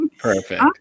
Perfect